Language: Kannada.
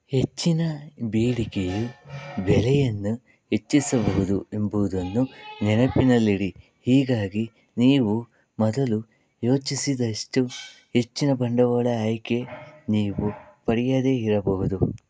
ಹೆಚ್ಚಿನ ಬೇಡಿಕೆಯು ಬೆಲೆಯನ್ನು ಹೆಚ್ಚಿಸಬಹುದು ಎಂಬುದನ್ನು ನೆನಪಿನಲ್ಲಿಡಿ ಹೀಗಾಗಿ ನೀವು ಮೊದಲು ಯೋಚಿಸಿದಷ್ಟು ಹೆಚ್ಚಿನ ಬಂಡವಾಳ ಆಯ್ಕೆ ನೀವು ಪಡೆಯದೇ ಇರಬಹುದು